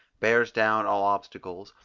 bears down all obstacles,